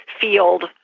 field